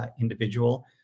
individual